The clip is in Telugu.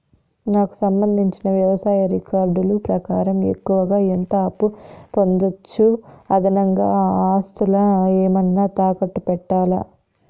నాకు సంబంధించిన వ్యవసాయ రికార్డులు ప్రకారం ఎక్కువగా ఎంత అప్పు పొందొచ్చు, అదనంగా ఆస్తులు ఏమన్నా తాకట్టు పెట్టాలా?